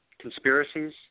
Conspiracies